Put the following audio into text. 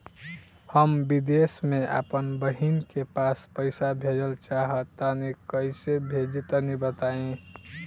हम विदेस मे आपन बहिन के पास पईसा भेजल चाहऽ तनि कईसे भेजि तनि बताई?